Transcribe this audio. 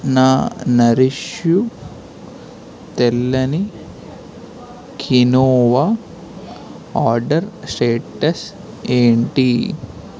నా Nourish You తెల్లని quinoa order status ఏంటి